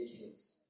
kids